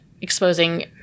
exposing